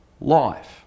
life